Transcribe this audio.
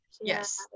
yes